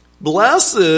Blessed